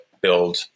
build